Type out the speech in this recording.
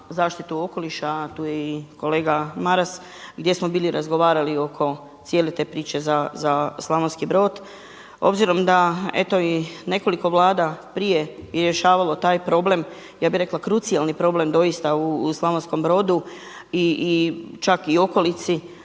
zaštitu okoliša, a tu je i kolega Maras, gdje smo bili razgovarali oko cijele te priče za Slavonski Brod. Obzirom da eto i nekoliko Vlada prije rješavalo taj problem, ja bih rekla krucijalni problem doista u Slavonskom Brodu i čak u okolici.